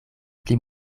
pli